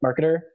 marketer